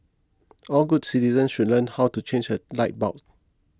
all good citizens should learn how to change a light bulb